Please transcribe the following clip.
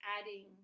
adding